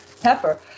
Pepper